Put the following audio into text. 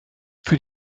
für